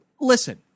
listen